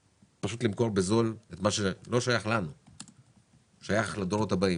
ולמכור בזול את מה שלא שייך לנו אלא שייך לדורות הבאים.